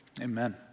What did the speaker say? Amen